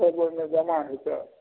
तब ओहिमे जमा हेतै